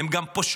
הן גם פושעות.